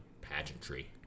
pageantry